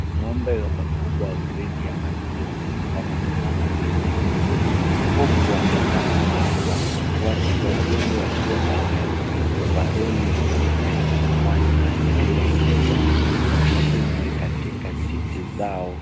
Ng'ombe wakubwa wa gredi ya maziwa wamesimama kwenye kivuli huku wakikamuliwa. Watu wawili waliovalia ovaroli nyeupe wanaelekeza mashine katika titi zao.